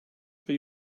for